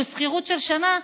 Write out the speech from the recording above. שכירות של שנה,